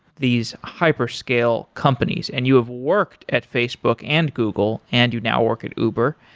these hyper-scale companies, and you have worked at facebook and google and you now work at uber.